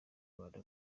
rwanda